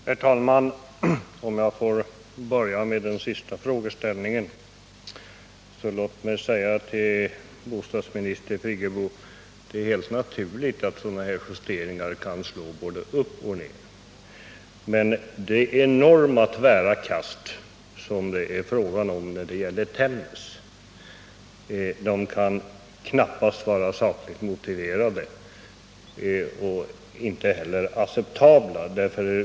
Herr talman! Om jag får börja med den sista frågeställningen, så låt mig till Birgit Friggebo säga att det är helt naturligt att sådana här justeringar kan slå både uppåt och nedåt. Men det enormt tvära kast som det är fråga om när det gäller Tännäs kan knappast vara sakligt motiverat eller acceptabelt.